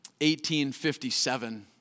1857